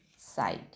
side